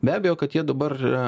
be abejo kad jie dabar